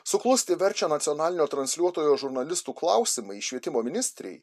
suklusti verčia nacionalinio transliuotojo žurnalistų klausimai švietimo ministrei